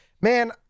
man